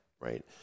right